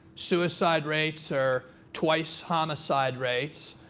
suicide rates are twice homicide rates.